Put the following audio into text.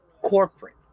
corporate